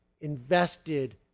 invested